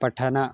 पठनं